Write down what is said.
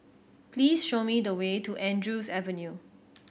please show me the way to Andrews Avenue